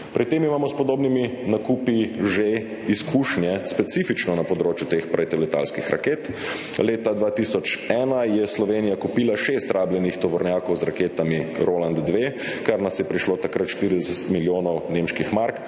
Pri tem imamo s podobnimi nakupi že izkušnje, specifično na področju teh protiletalskih raket. Leta 2001 je Slovenija kupila šest rabljenih tovornjakov z raketami Roland 2, kar nas je prišlo takrat 40 milijonov nemških mark.